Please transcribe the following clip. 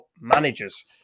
managers